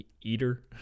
Eater